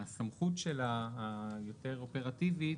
הסמכות שלה, היותר אופרטיבית,